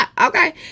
Okay